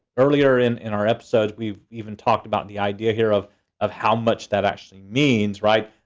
earlier in in our episode, we even talked about the idea here of of how much that actually means, right?